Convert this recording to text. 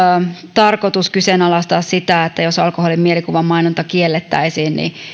tarkoitus kyseenalaistaa sitä jos alkoholin mielikuvamainonta kiellettäisiin